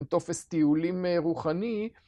טופס טיולים רוחני.